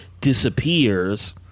disappears